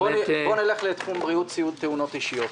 נעבור לתחום בריאות, סיעוד ותאונות אישיות.